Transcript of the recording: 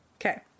Okay